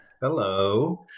Hello